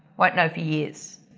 won't know for years.